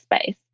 space